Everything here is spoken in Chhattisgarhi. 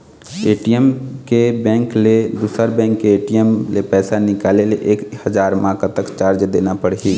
ए.टी.एम के बैंक ले दुसर बैंक के ए.टी.एम ले पैसा निकाले ले एक हजार मा कतक चार्ज देना पड़ही?